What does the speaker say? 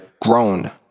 grown